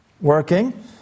working